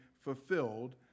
fulfilled